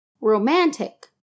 Romantic